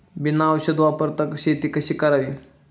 बिना औषध वापरता शेती कशी करावी?